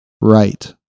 right